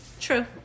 true